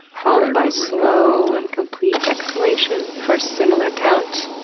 followed by slow and complete exhalation for a similar count.